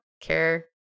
care